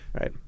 Right